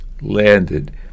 landed